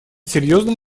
серьезным